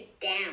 down